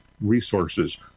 resources